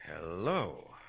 Hello